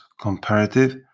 comparative